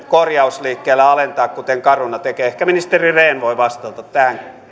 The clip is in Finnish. korjausliikkeillä alentaa kuten caruna tekee ehkä ministeri rehn voi vastata tähän